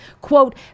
quote